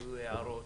ויהיו הערות.